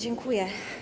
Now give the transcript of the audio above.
Dziękuję.